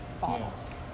bottles